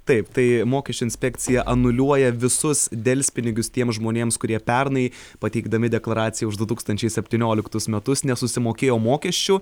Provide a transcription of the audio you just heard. taip tai mokesčių inspekcija anuliuoja visus delspinigius tiems žmonėms kurie pernai pateikdami deklaraciją už du tūkstančiai septynioliktus metus nesusimokėjo mokesčių